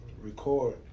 record